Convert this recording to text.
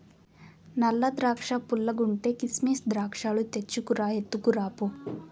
నల్ల ద్రాక్షా పుల్లగుంటే, కిసిమెస్ ద్రాక్షాలు తెచ్చుకు రా, ఎత్తుకురా పో